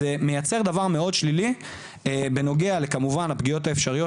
זה מייצר דבר מאוד שלילי בנוגע לפגיעות האפשריות,